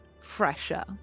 fresher